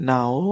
Now